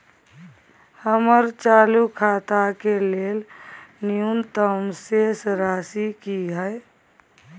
हमर चालू खाता के लेल न्यूनतम शेष राशि की हय?